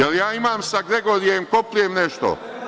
Da li ja imam sa Gregorijem Koprijem nešto?